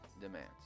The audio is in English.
demands